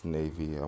Navy